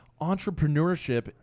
Entrepreneurship